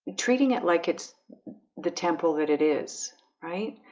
treating it. like it's the temple that it is right.